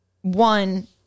One